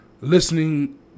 listening